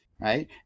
Right